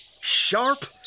sharp